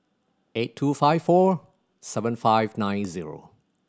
eight two five four seven five nine zero